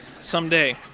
someday